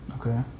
Okay